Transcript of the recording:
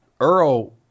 Earl